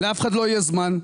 לאף אחד לא יהיה זמן?